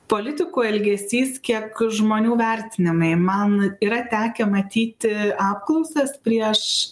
politikų elgesys kiek žmonių vertinimai man yra tekę matyti apklausas prieš